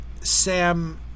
Sam